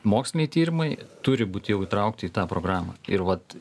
moksliniai tyrimai turi būt jau įtraukti į tą programą ir vat